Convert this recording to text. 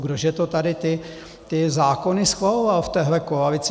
Kdo že to tady ty zákony schvaloval v téhle koalici?